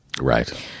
Right